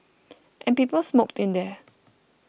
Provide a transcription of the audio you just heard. and people smoked in there